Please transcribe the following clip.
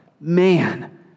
Man